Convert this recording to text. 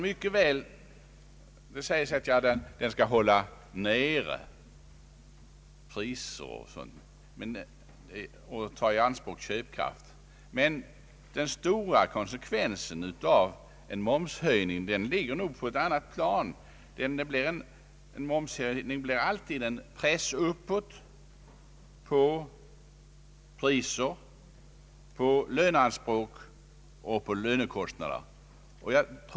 Det sägs att momsen skall hålla nere priser och ta i anspråk köpkraft, men de mera djupliggande konsekvenserna av en momshöjning ligger nog på ett annat plan. En momshöjning blir alltid en press uppåt på prisnivån, på löneanspråk och följaktligen på lönekostnaderna. Den kan få vittgående inflatoriska verkningar.